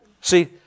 See